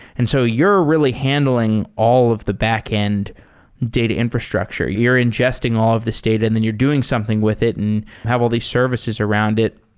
and so you're really handling all of the backend data infrastructure. you're ingesting all of these data and then you're doing something with it and have all these services around it.